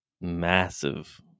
massive